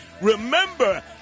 remember